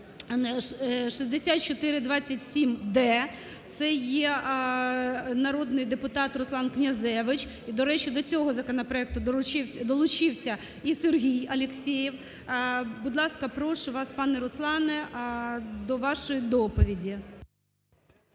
6427-д, це є народний депутат Руслан Князевич. І, до речі, до цього законопроекту долучився і Сергій Алєксєєв. Будь ласка, прошв вас, пане Руслан, до вашої доповіді.